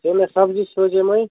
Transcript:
ژےٚ مےٚ سبزی سوزیمےَ